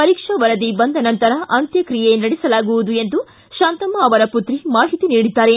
ಪರೀಕ್ಷಾ ವರದಿ ಬಂದ ನಂತರ ಅಂತ್ಯಕ್ರಿಯೆ ನಡೆಸಲಾಗುವುದು ಎಂದು ಶಾಂತಮ್ಮ ಅವರ ಪುತ್ರಿ ಮಾಹಿತಿ ನೀಡಿದ್ದಾರೆ